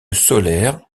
solaire